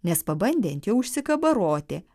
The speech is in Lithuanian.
nes pabandė ant jo užsikabaroti